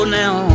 now